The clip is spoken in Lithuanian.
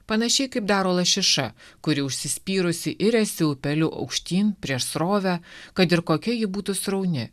panašiai kaip daro lašiša kuri užsispyrusi iriasi upeliu aukštyn prieš srovę kad ir kokia ji būtų srauni